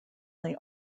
they